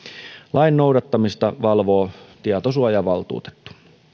lain noudattamista valvoo tietosuojavaltuutettu